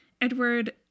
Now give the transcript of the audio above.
Edward